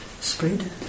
spread